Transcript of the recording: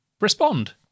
respond